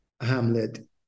Hamlet